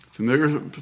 Familiar